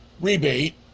rebate